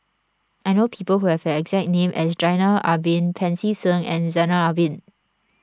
I know people who have the exact name as Zainal Abidin Pancy Seng and Zainal Abidin